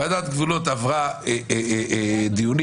ועדת גבולות עברה דיונים,